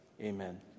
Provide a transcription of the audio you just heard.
amen